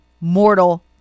mortal